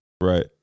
right